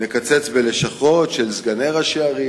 נקצץ בלשכות של סגני ראשי ערים,